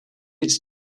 its